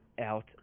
out